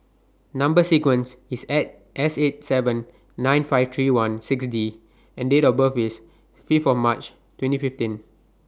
Number sequence IS eight S eight seven nine five three one six D and Date of birth Fifth of March twenty fifteen